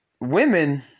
Women